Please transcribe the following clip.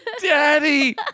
daddy